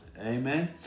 amen